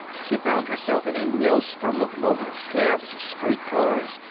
she found herself in a maelstrom of motors, cabs, street cars,